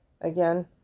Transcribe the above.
again